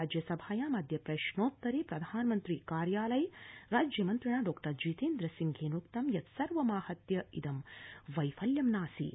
राज्यसभायामदय प्रश्नोत्तरे प्रधानमन्त्री कार्यालये राज्यमन्त्रिणा डॉ जितेन्द्र सिंहेनोक्तं यत् सर्व आहत्य इदं वैफल्यं नासीत